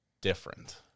different